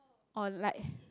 or like